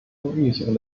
运行